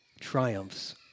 triumphs